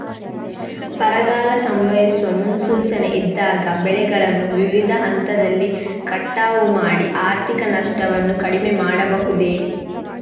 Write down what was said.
ಬರಗಾಲ ಸಂಭವಿಸುವ ಮುನ್ಸೂಚನೆ ಇದ್ದಾಗ ಬೆಳೆಗಳನ್ನು ವಿವಿಧ ಹಂತದಲ್ಲಿ ಕಟಾವು ಮಾಡಿ ಆರ್ಥಿಕ ನಷ್ಟವನ್ನು ಕಡಿಮೆ ಮಾಡಬಹುದೇ?